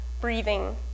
breathing